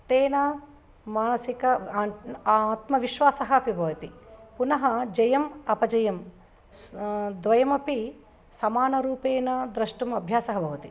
तेन मानसिक आण् आत्मविश्वासः अपि भवति पुनः जयम् अपजयं स् द्वयमपि समानरूपेण द्रष्टुम् अभ्यासः भवति